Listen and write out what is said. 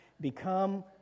Become